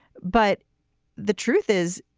but the truth is,